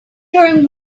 during